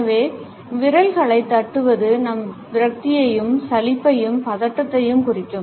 எனவே விரல்களை தட்டுவது நம் விரக்தியையும் சலிப்பையும் பதட்டத்தையும் குறிக்கும்